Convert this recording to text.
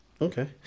Okay